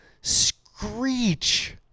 screech